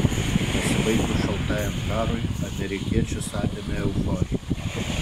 pasibaigus šaltajam karui amerikiečius apėmė euforija